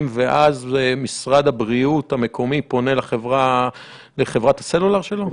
ואז משרד הבריאות המקומי פונה לחברת הסלולר שלו?